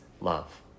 love